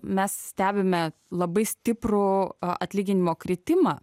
mes stebime labai stiprų a atlyginimo kritimą